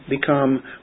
become